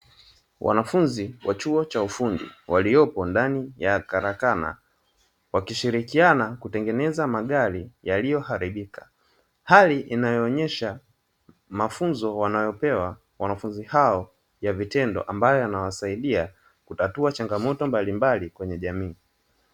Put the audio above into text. Wanafunzi wa chuo cha ufundi waliopo ndani ya karakana, wakishirikiana kutengeneza magari yaliyoharibika, hali inayoonyesha mafunzo wanayopewa wanafunzi hao ya vitendo, ambayo yanawasaidia kitatua changamoto mbalimbali kwenye jamii.